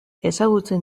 ezagutzen